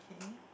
okay